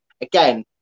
again